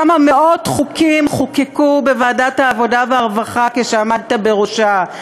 כמה מאות חוקים חוקקו בוועדת העבודה והרווחה כשעמדת בראשה,